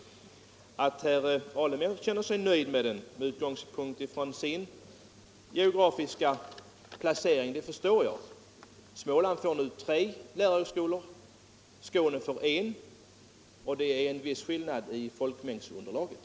Jag förstår att herr Alemyr känner sig nöjd med den, med utgångspunkt i hans geografiska placering. Småland får nu tre lärarhögskolor, Skåne får en — och det är en viss skillnad i folkmängdsunderlaget.